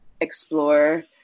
explore